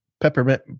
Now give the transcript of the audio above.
peppermint